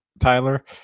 Tyler